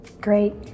Great